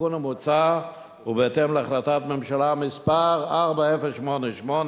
התיקון המוצע הוא בהתאם להחלטת ממשלה מס' 4088,